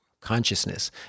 Consciousness